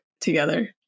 together